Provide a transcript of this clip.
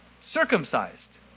circumcised